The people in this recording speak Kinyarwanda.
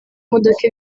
modoka